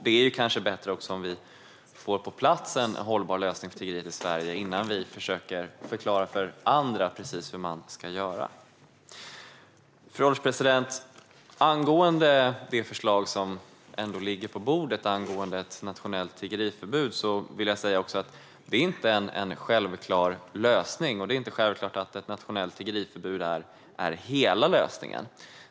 Det är kanske bättre om vi får på plats en hållbar lösning mot tiggeriet i Sverige innan vi försöker förklara för andra hur de ska göra. Fru ålderspresident! Angående det förslag som ändå ligger på bordet om ett nationellt tiggeriförbud vill jag säga att det inte är en självklar lösning. Det är inte självklart att ett nationellt tiggeriförbud är hela lösningen.